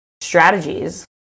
strategies